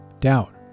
doubt